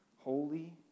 holy